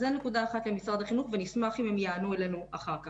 אז זו נקודה אחת למשרד החינוך ונשמח אם הם יענו לנו אחר כך.